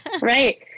Right